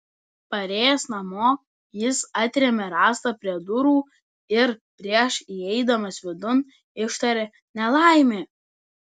parėjęs namo jis atrėmė rąstą prie durų ir prieš įeidamas vidun ištarė nelaimė